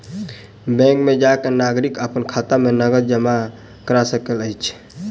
bank में जा के नागरिक अपन खाता में नकद जमा करा सकैत अछि